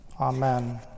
Amen